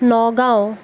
Nagaon